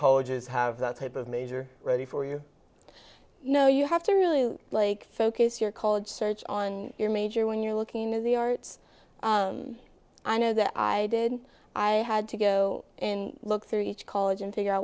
colleges have that type of major ready for you know you have to really like focus your college search on your major when you're looking in the arts i know that i did i had to go in look through each college and figure out